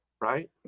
right